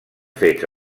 fets